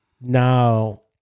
Now